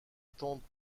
tante